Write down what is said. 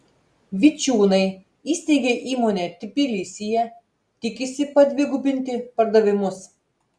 vičiūnai įsteigė įmonę tbilisyje tikisi padvigubinti pardavimus